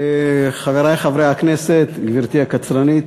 חברי חברי הכנסת, גברתי הקצרנית,